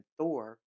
Thor